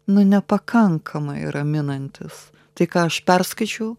nu nepakankamai raminantys tai ką aš perskaičiau